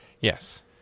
Yes